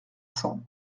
cents